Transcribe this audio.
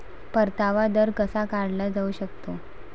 परतावा दर कसा काढला जाऊ शकतो?